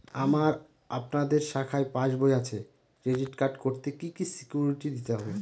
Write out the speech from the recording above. আমার আপনাদের শাখায় পাসবই আছে ক্রেডিট কার্ড করতে কি কি সিকিউরিটি দিতে হবে?